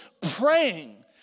praying